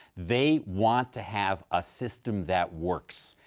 they want to have a system that works.